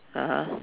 (uh huh)